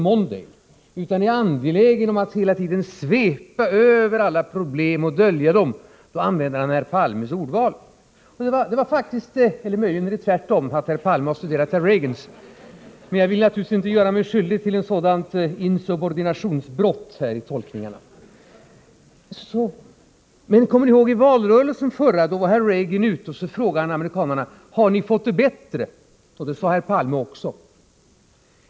Mondale utan är angelägen om att hela tiden svepa över alla problem och dölja dem, använder han herr Palmes ordval — eller möjligen är det tvärtom så, att herr Palme studerat herr Reagan; jag vill inte göra mig skyldig till ett sådant insubordinationsbrott när det gäller tolkningarna. I förra valrörelsen frågande herr Reagan amerikanarna: Har ni fått det bättre? Det frågade herr Palme också.